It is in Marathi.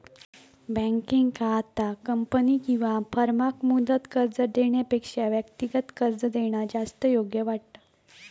बँकेंका आता कंपनी किंवा फर्माक मुदत कर्ज देण्यापेक्षा व्यक्तिगत कर्ज देणा जास्त योग्य वाटता